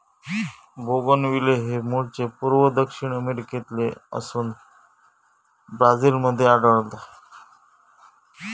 bougainvillea हे मूळचे पूर्व दक्षिण अमेरिकेतले असोन ब्राझील मध्ये आढळता